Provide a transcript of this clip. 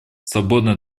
свободный